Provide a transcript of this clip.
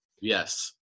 Yes